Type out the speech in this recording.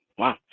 Wow